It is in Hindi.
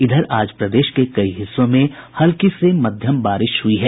इधर आज प्रदेश के कई हिस्सों में हल्की से मध्यम बारिश हुई है